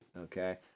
okay